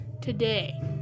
today